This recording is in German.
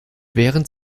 während